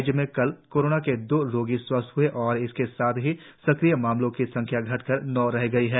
राज्य में कल कोरोना के दो रोगी स्वस्थ हए और इसके साथ ही सक्रिय मामलों की संख्या घटकर नौ रह गई है